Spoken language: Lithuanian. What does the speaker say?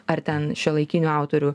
ar ten šiuolaikinių autorių